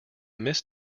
miss